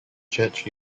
church